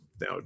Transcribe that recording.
now